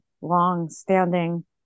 long-standing